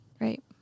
right